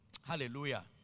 Hallelujah